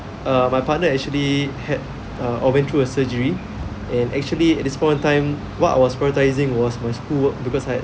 err my partner actually had uh went through a surgery and actually at this point of time what I was prioritizing was my school work because I